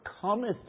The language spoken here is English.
cometh